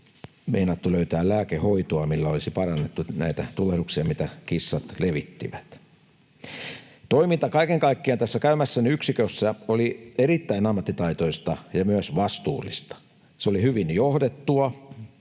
meinattu löytää lääkehoitoa, millä olisi parannettu näitä tulehduksia, mitä kissat levittivät. Toiminta kaiken kaikkiaan tässä käymässäni yksikössä oli erittäin ammattitaitoista ja myös vastuullista. Se oli hyvin johdettua,